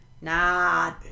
Nah